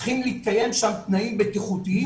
צריכים להתקיים שם תנאים בטיחותיים